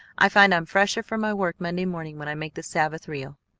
i find i'm fresher for my work monday morning when i make the sabbath real.